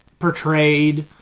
Portrayed